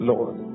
Lord